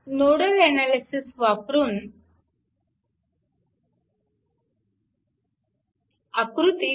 nodal analysis वापरून आकृती 3